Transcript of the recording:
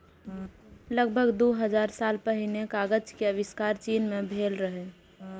लगभग दू हजार साल पहिने कागज के आविष्कार चीन मे भेल रहै